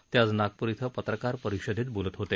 ते आज नागपूर इथं पत्रकार परिषदेत बोलत होते